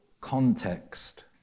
context